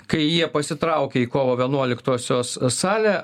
kai jie pasitraukė į kovo vienuoliktosios salę